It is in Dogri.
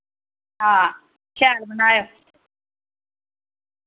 हां शैल बनायो